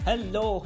Hello